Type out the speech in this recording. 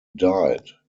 died